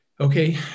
Okay